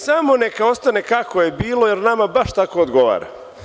Samo neka ostane kako je bilo, jer nama baš tako odgovara.